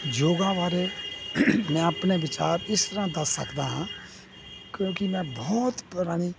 ਯੋਗਾ ਬਾਰੇ ਮੈਂ ਆਪਣੇ ਵਿਚਾਰ ਇਸ ਤਰ੍ਹਾਂ ਦੱਸ ਸਕਦਾ ਹਾਂ ਕਿਉਂਕਿ ਮੈਂ ਬਹੁਤ ਪੁਰਾਣੇ